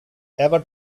ever